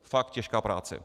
Fakt těžká práce.